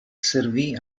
servì